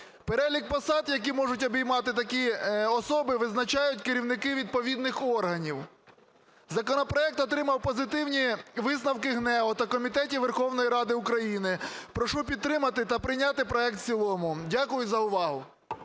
Перелік посад, які можуть обіймати такі особи, визначають керівники відповідних органів. Законопроект отримав позитивні висновки ГНЕУ та комітетів Верховної Ради України. Прошу підтримати та прийняти проект в цілому. Дякую за увагу.